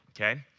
Okay